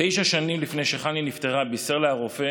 תשע שנים לפני שחני נפטרה בישר לה הרופא